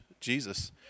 Jesus